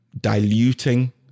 diluting